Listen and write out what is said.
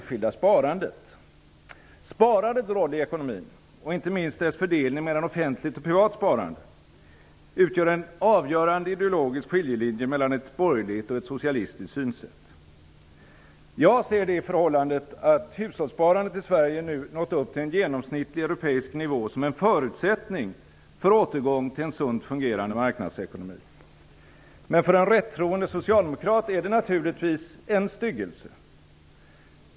Sparandets roll i ekonomin -- och inte minst dess fördelning mellan offentligt och privat sparande -- utgör en avgörande ideologisk skiljelinje mellan ett borgerligt och ett socialistiskt synsätt. Jag ser det förhållandet att hushållssparandet i Sverige nu nått upp till en gemonsnittlig europeisk nivå som en förutsättning för återgång till en sunt fungerande marknadsekonomi. Men för en rättroende socialdemokrat är det naturligtvis en styggelse.